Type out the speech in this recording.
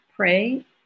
Pray